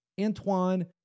Antoine